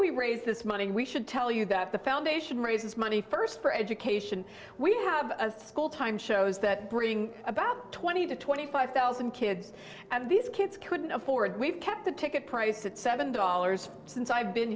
we raise this money and we should tell you that the foundation raises money first for education we have a school time shows that bring about twenty to twenty five thousand kids and these kids couldn't afford we've kept the ticket price at seven dollars since i've been